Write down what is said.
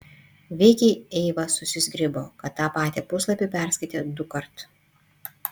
veikiai eiva susizgribo kad tą patį puslapį perskaitė dukart